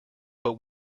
but